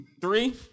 Three